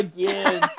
Again